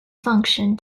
function